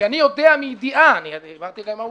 כי אני יודע מידיעה, והבנתי גם מהעובדים,